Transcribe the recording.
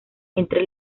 entre